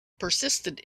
persisted